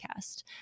podcast